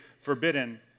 forbidden